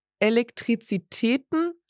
Elektrizitäten